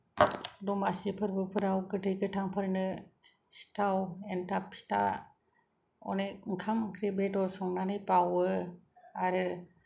दमासि फोरबोफोराव गोथै गोथांफोरनो सिथाव एन्थाप फिथा अनेख ओंखाम ओंख्रि बेदर संनानै बावो आरो